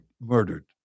murdered